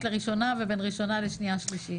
לראשונה ובין ראשונה לשנייה-שלישית.